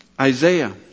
Isaiah